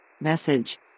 Message